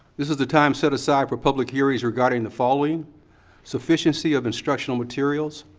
this is the time set aside for public hearings regarding the following sufficiency of instructional materials.